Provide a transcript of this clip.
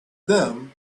them